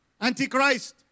antichrist